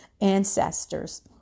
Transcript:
ancestors